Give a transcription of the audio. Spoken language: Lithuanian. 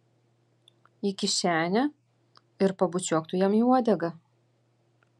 į kišenę ir pabučiuok tu jam į uodegą